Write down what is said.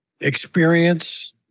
Experience